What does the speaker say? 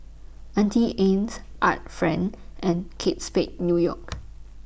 Auntie Anne's Art Friend and Kate Spade New York